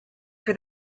for